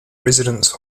residence